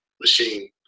machine